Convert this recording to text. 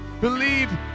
believe